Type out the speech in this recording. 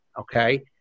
okay